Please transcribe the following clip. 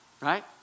right